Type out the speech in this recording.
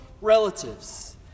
relatives